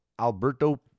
Alberto